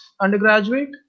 undergraduate